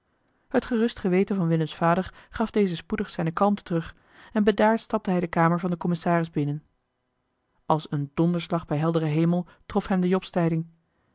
het gerust geweten van willems vader gaf dezen spoedig zijne kalmte terug en bedaard stapte hij de kamer van den commissaris binnen eli heimans willem roda als een donderslag bij helderen hemel trof hem de